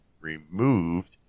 removed